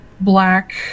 black